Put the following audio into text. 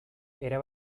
era